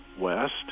west